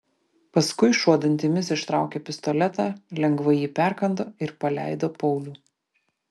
paskui šuo dantimis ištraukė pistoletą lengvai jį perkando ir paleido paulių